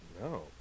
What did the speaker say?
No